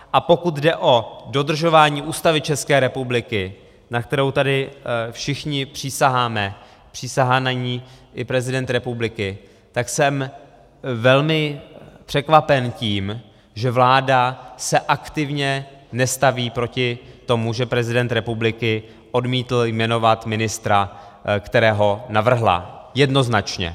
A pokud jde o dodržování Ústavy České republiky, na kterou tady všichni přísaháme, přísahá na ni i prezident republiky, tak jsem velmi překvapen tím, že se vláda aktivně nestaví proti tomu, že prezident republiky odmítl jmenovat ministra, kterého navrhla jednoznačně.